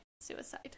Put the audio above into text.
suicide